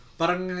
parang